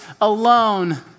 alone